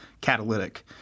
catalytic